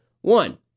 One